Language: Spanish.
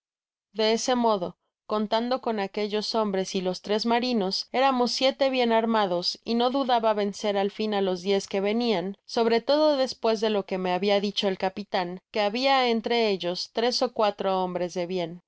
de ese modo contando con aquellos hombres y los tres marinos éramos siete bien armados y no dudaba vencer al fin á los diez que venian sobre todo despues de lo que me habia dicho el capitan que habia entre ellos tres ó cuatro hombres de bien